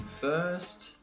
first